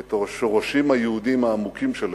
את השורשים היהודיים העמוקים של הרצל.